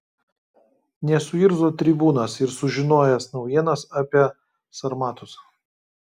nesuirzo tribūnas ir sužinojęs naujienas apie sarmatus